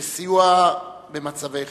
בסיוע במצבי חירום.